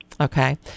Okay